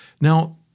Now